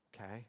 Okay